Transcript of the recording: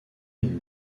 une